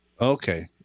Okay